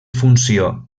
funció